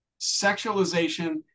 sexualization